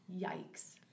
yikes